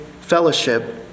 fellowship